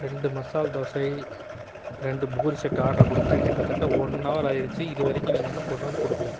ரெண்டு மசால் தோசை ரெண்டு puri set order கொடுத்தேன் கிட்டத்தட்ட ஒன் னவர் ஆகிடுச்சி இது வரைக்கும் நீங்கள் இன்னும் கொண்டு வந்து கொடுக்கல